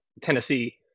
Tennessee